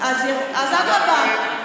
אז אדרבה,